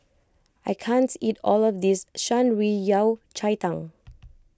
I can't eat all of this Shan Rui Yao Cai Tang